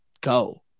go